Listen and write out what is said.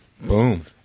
Boom